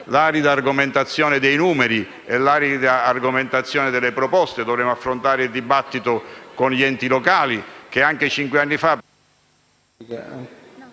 l'arida argomentazione dei numeri e delle proposte; dovremo affrontare il dibattito con gli enti locali, che anche cinque anni fa